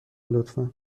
لطفا